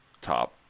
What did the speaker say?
top